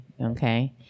Okay